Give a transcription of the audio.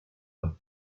scott